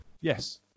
Yes